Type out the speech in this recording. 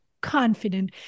confident